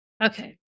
Okay